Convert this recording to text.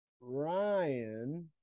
Ryan